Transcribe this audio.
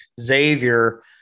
Xavier